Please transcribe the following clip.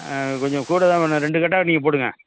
கொஞ்சம் கூட தான் வேணும் ரெண்டு கட்டாக நீங்கள் போடுங்க